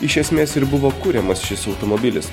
iš esmės ir buvo kuriamas šis automobilis